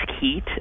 heat